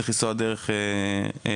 צריך לנסוע דרך חיפה,